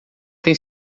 tem